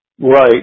right